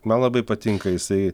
man labai patinka jisai